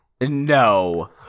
no